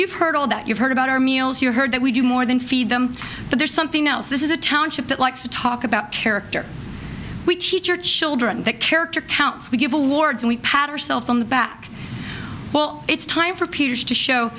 you've heard all that you've heard about our meals you heard that we do more than feed them but there's something else this is a township that likes to talk about character we teach our children that character counts we give awards we patter self on the back well it's time for peers to show